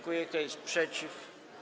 Kto jest przeciw?